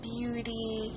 beauty